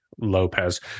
Lopez